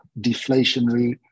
deflationary